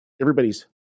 everybody's